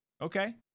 okay